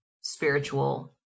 spiritual